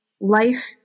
Life